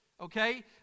Okay